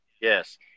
Yes